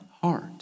heart